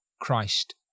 Christ